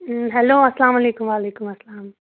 hello اَسلامُ علیکُم وعلیکُم اَسَلام